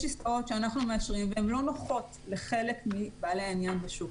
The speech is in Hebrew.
יש עסקאות שאנחנו מאשרים והן לא נוחות לחלק מבעלי העניין בשוק.